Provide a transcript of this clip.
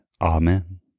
Amen